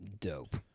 Dope